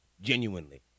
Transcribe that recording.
Genuinely